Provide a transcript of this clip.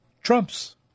Trump's